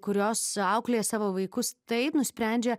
kurios auklėja savo vaikus taip nusprendžia